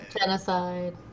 genocide